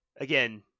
again